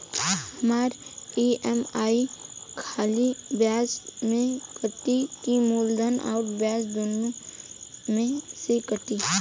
हमार ई.एम.आई खाली ब्याज में कती की मूलधन अउर ब्याज दोनों में से कटी?